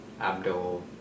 Abdul